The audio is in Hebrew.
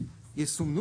יסומנו,